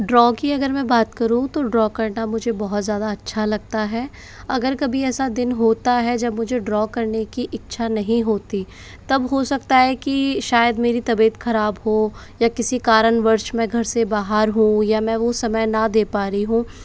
draw की अगर मैं बात करूँ तो ड्रॉ करना मुझे बहुत ज़्यादा अच्छा लगता है अगर कभी ऐसा दिन होता है जब मुझे ड्रॉ करने की इच्छा नहीं होती तब हो सकता है की शायद मेरी तबीयत ख़राब हो या किसी कारणवश मैं घर से बाहर हूँ या मैं वो समय न दे पा रही हूँ